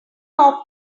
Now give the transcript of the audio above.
off